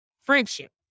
Friendship